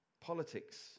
Politics